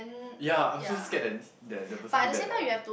ya I'm so scared that that their person do that leh